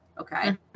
Okay